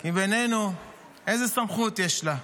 כי בינינו איזו סמכות יש לה?